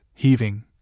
heaving